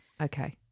Okay